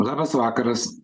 labas vakaras